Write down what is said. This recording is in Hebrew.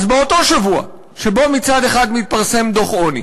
אז באותו שבוע שבו מצד אחד מתפרסם דוח עוני